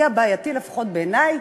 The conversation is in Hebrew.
היה בעייתי לפחות בעיני,